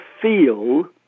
feel